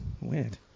Weird